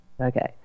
Okay